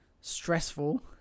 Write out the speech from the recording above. stressful